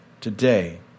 Today